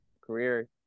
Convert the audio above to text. career